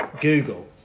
Google